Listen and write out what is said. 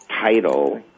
title